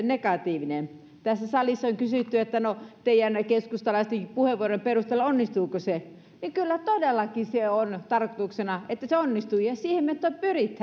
negatiiviset tässä salissa on kysytty keskustalaisten puheenvuorojen perusteella että no onnistuuko se kyllä todellakin se on tarkoituksena että se onnistuu ja siihen me pyrimme